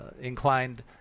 inclined